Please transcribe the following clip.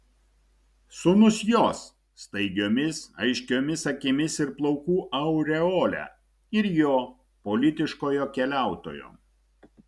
sūnus jos staigiomis aiškiomis akimis ir plaukų aureole ir jo politiškojo keliautojo